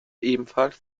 ebenfalls